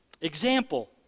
Example